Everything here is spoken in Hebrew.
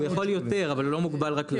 הוא יכול יותר אבל הוא לא מוגבל רק להם.